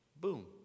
Boom